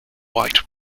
white